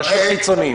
אנשים חיצוניים.